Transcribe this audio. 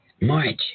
March